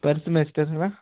ਪਰ ਸਮੈਸਟਰ ਹੈਨਾ